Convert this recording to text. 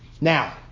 Now